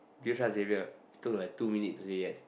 do you trust Xavier she took like two minutes to say yes